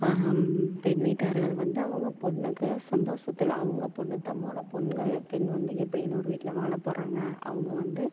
பெண் வீட்டார்கள் வந்து அவங்க பொண்ணுக்கு சந்தோஷத்துல அவங்க பொண்ணு தன்னோடய பெண்கள் பெண் வந்து எப்படி இன்னொரு வீட்டில் வாழப்போறாங்க அவங்க வந்து